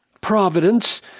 providence